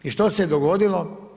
I što se dogodilo?